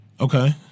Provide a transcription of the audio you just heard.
Okay